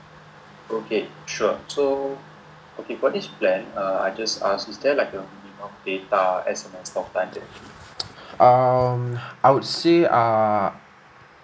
um I would say err